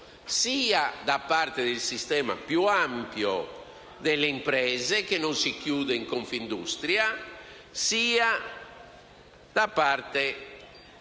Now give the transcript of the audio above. da parte sia del sistema più ampio delle imprese, che non si chiude in Confindustria, che del sistema